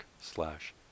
slash